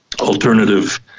alternative